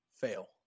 fail